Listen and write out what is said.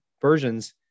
versions